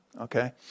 Okay